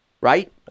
right